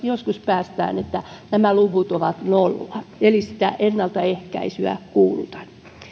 joskus päästään siihen että nämä luvut ovat nolla eli sitä ennaltaehkäisyä kuulutan